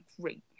Great